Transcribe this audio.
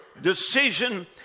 decision